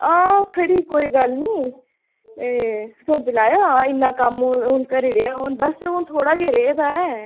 हां खड़ी कोई गल्ल निं एह् सौंपी लैएओ हां इन्ना कम्म हून हून करी ओड़ेआ हून बस हून थोह्ड़ा गै रेह्दा ऐ